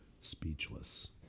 speechless